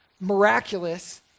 miraculous